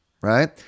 right